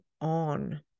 on